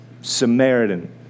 Samaritan